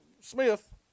Smith